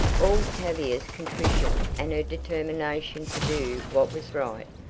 all tavia's contrition and her determination to do what was right,